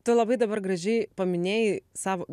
tu labai dabar gražiai paminėjai savo